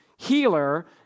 healer